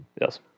Yes